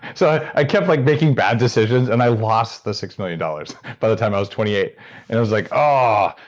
so i kept like making bad decisions. and i lost the six million dollars by the time i was twenty eight point it was like, aww,